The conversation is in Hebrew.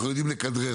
אנחנו יודעים לכדרר,